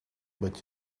but